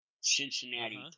Cincinnati